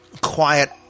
quiet